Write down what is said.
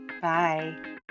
Bye